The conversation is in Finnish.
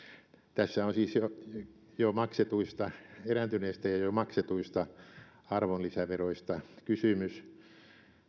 tässä on siis jo jo maksetuista erääntyneistä ja jo maksetuista arvonlisäveroista kysymys